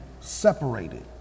separated